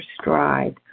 stride